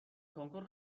کنکور